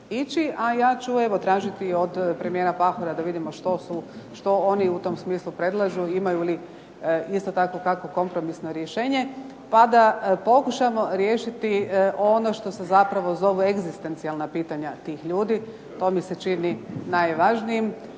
a ja ću tražiti od premijera Pahora da vidimo što oni u tom smislu predlažu imaju li isto tako kakvo kompromisno rješenje, pa da pokušamo riješiti ono što se zapravo zovu egzistencijalna pitanja tih ljudi, to mi se čini najvažnijim,